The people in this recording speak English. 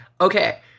Okay